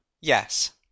yes